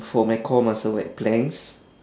for my core muscle like planks